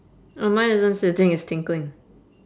oh mine isn't sitting it's tinkling